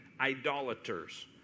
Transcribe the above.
idolaters